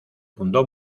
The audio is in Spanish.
fundó